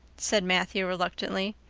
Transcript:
said matthew reluctantly.